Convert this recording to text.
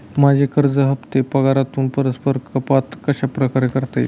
माझे कर्ज हफ्ते पगारातून परस्पर कपात कशाप्रकारे करता येतील?